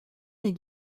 les